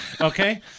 Okay